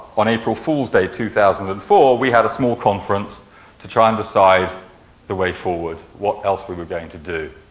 on april fools day two thousand and five, we had small conference to try and decide the way forward what else we were going to do.